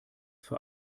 für